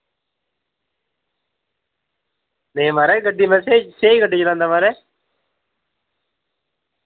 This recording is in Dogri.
नेईं माराज गड्डी में स्हेई स्हेई गड्डी चलाना माराज